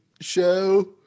show